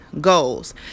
goals